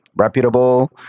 reputable